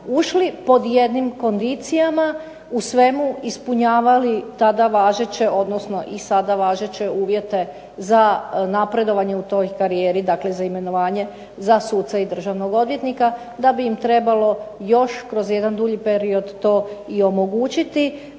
ušli pod jednim kondicijama, u svemu ispunjavali tada važeće, odnosno i sada važeće uvjete za napredovanje u toj karijeri, dakle za imenovanje za suca i državnog odvjetnika, da bi im trebalo još kroz jedan dulji period to i omogućiti.